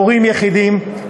הורים יחידים,